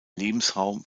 lebensraum